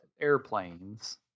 airplanes